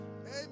Amen